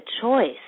choice